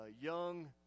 young